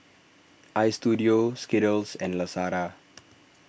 Istudio Skittles and Lazada